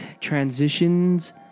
transitions